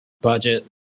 budget